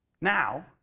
Now